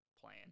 plan